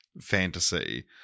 fantasy